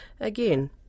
Again